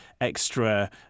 extra